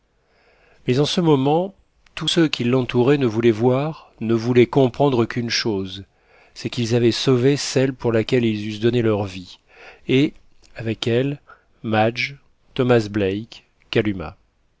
mais en ce moment tous ceux qui l'entouraient ne voulaient voir ne voulaient comprendre qu'une chose c'est qu'ils avaient sauvé celle pour laquelle ils eussent donné leur vie et avec elle madge thomas black kalumah